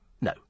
No